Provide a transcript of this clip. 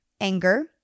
anger